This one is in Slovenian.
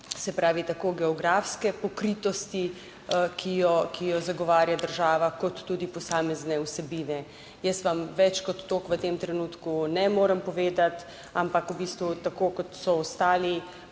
se pravi tako geografske pokritosti, ki jo zagovarja država, kot tudi posamezne vsebine. Jaz vam več kot toliko v tem trenutku ne morem povedati, ampak v bistvu, tako kot so ostali